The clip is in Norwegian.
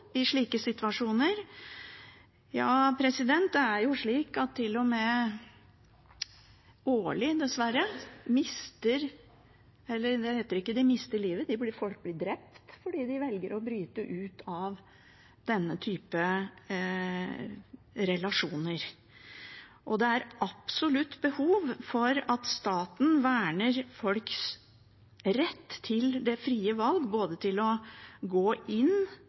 i slike situasjoner. Det er slik at flere til og med dessverre mister livet årlig – eller det heter ikke at de mister livet, folk blir drept fordi de velger å bryte ut av denne type relasjoner. Det er absolutt behov for at staten verner folks rett til det frie valg både til å gå inn